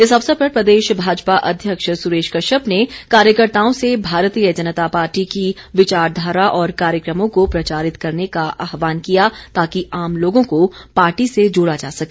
इस अवसर पर प्रदेश भाजपा अध्यक्ष सुरेश कश्यप ने कार्यकर्ताओं से भारतीय जनता पार्टी की विचारधारा और कार्यक्रमों को प्रचारित करने का आहवान किया ताकि आम लोगों को पार्टी से जोड़ा जा सके